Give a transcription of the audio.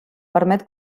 permet